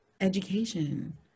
education